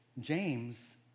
James